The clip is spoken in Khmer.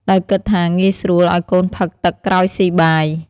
ដោយគិតថាងាយស្រួលឱ្យកូនផឹកទឹកក្រោយស៊ីបាយ។